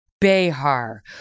Behar